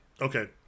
okay